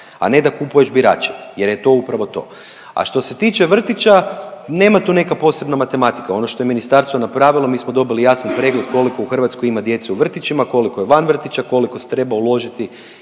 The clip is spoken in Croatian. a ne da kupuješ birače jer je to upravo to. A što se tiče vrtića, nema tu neka posebna matematika. Ono što je ministarstvo napravilo, mi smo dobili jasan pregled koliko u Hrvatskoj ima djece u vrtićima, koliko je van vrtića, koliko se treba uložiti